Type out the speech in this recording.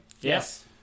Yes